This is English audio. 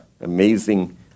amazing